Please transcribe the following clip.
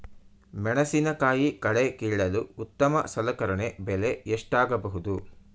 ಮೆಣಸಿನಕಾಯಿ ಕಳೆ ಕೀಳಲು ಉತ್ತಮ ಸಲಕರಣೆ ಬೆಲೆ ಎಷ್ಟಾಗಬಹುದು?